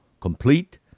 complete